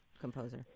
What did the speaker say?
composer